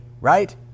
right